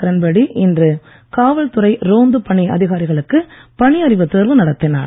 கிரண் பேடி இன்று காவல்துறை ரோந்துப் பணி அதிகாரிகளுக்கு பணியறிவுத் தேர்வு நடத்தினார்